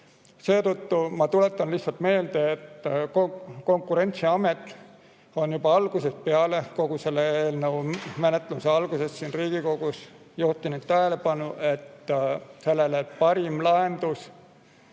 sõltumatud. Ma tuletan lihtsalt meelde, et Konkurentsiamet on juba algusest peale, kogu selle eelnõu menetluse algusest siin Riigikogus juhtinud tähelepanu sellele, et parim lahendus